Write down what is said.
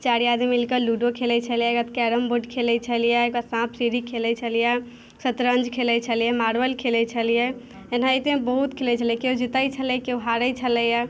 चारि आदमी मिलकऽ लूडो खेलै छलिए ओकरबाद कैरमबोड खेलै छलिए साँप सीढ़ी खेलै छलिए शतरञ्ज खेलै छलिए मार्वल खेलै छलिए एनाहिते हम बहुत खेलै छलिए केओ जितै छलै केओ हारै छ्लैए